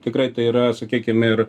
tikrai tai yra sakykim ir